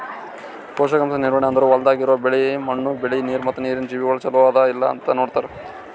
ಪೋಷಕಾಂಶ ನಿರ್ವಹಣೆ ಅಂದುರ್ ಹೊಲ್ದಾಗ್ ಇರೋ ಮಣ್ಣು, ಬೆಳಿ, ನೀರ ಮತ್ತ ನೀರಿನ ಜೀವಿಗೊಳ್ ಚಲೋ ಅದಾ ಇಲ್ಲಾ ನೋಡತಾರ್